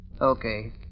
Okay